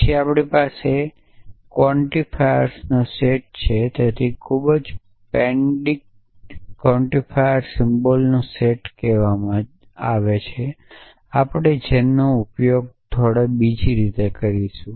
પછી આપણી પાસે ક્વોન્ટિફાયર્સનો સેટ છે તેથી ખૂબ પેડન્ટિક ક્વોન્ટિફાયર સિમ્બોલનો સેટ કહેવા જોઈએ પરંતુ આપણે તેનો ઉપયોગ થોડો બીજી રીતે કરીશું